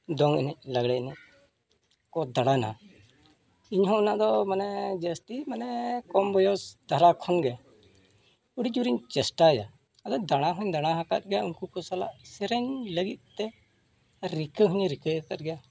ᱫᱚᱝ ᱮᱱᱮᱡ ᱞᱟᱜᱽᱲᱮ ᱮᱱᱮᱡ ᱠᱚ ᱫᱟᱬᱟᱱᱟ ᱤᱧᱦᱚᱸ ᱚᱱᱟᱫᱚ ᱢᱟᱱᱮ ᱡᱟᱹᱥᱛᱤ ᱢᱟᱱᱮ ᱠᱚᱢ ᱵᱚᱭᱚᱥ ᱫᱷᱟᱨᱟ ᱠᱷᱚᱱ ᱜᱮ ᱟᱹᱰᱤ ᱡᱳᱨᱤᱧ ᱪᱮᱥᱴᱟᱭᱟ ᱟᱫᱚ ᱫᱟᱬᱟ ᱦᱚᱧ ᱫᱟᱬᱟ ᱟᱠᱟᱫ ᱜᱮᱭᱟ ᱩᱱᱠᱩ ᱠᱚ ᱥᱟᱞᱟᱜ ᱥᱮᱨᱮᱧ ᱞᱟᱹᱜᱤᱫ ᱛᱮ ᱨᱤᱠᱟᱹ ᱦᱚᱧ ᱨᱤᱠᱟᱹ ᱟᱠᱟᱫ ᱜᱮᱭᱟ